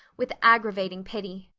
with aggravating pity.